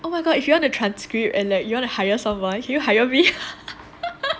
oh my god if you want to transcript and like you want to hire someone can you hire me